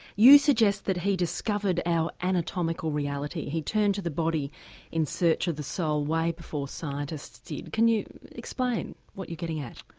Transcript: you suggest that he discovered our anatomical reality, he turned to the body in search of the soul way before scientists did. can you explain what you're getting at?